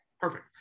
perfect